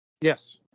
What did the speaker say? Yes